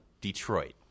Detroit